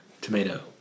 tomato